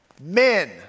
men